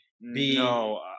no